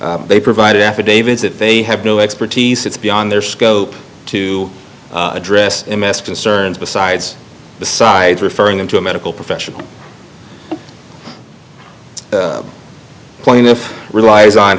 they provided affidavits that they have no expertise it's beyond their scope to address a mass concerns besides the side referring them to a medical professional plaintiff relies on